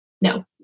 No